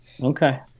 Okay